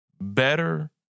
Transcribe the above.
better